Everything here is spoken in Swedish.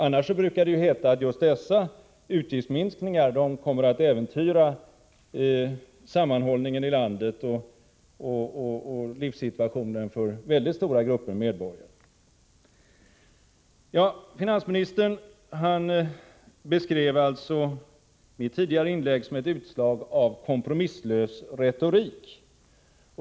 Annars brukar det ju heta att just utgiftsminskningarna skulle komma att äventyra sammanhållningen i landet och livssituationen för väldigt stora grupper medborgare. Finansministern beskrev mitt tidigare inlägg som ett utslag av kompromisslös retorik.